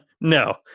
no